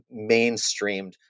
mainstreamed